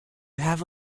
have